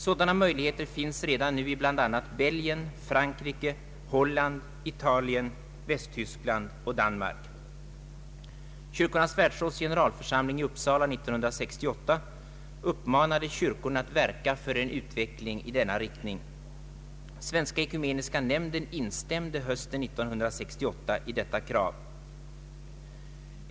Sådana möjligheter finnes redan nu i bl.a. Belgien, Frankrike, Holland, Italien, Västtyskland och Danmark. Kyrkornas Världsråds generalförsamling i Uppsala 1968 uppmanade kyrkorna att verka för en utveckling i denna riktning. Svenska Ekumeniska Nämnden instämde hösten 1968 i detta krav.